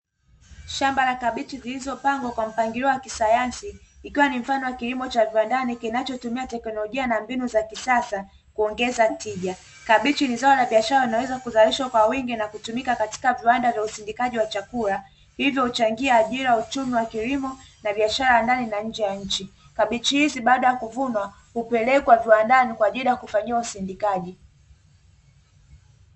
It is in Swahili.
Shamba la kabichi zilizopangwa kwa mpangilio ya kisayansi, ikiwa ni mfano wa kilimo cha viwandani kinachotumia teknolojia na mbinu za kisasa kuongeza tija, kabichi ni zao la biashara inaweza kuzalishwa kwa wingi na kutumika katika viwanda vya usindikaji wa chakula hivyo huchangia ajira ya uchumi wa kilimo na biashara ya ndani na nje ya nchi, hizi baada ya kuvunwa hupelekwa viwandani kwa ajili ya kufanyiwa usindikaji.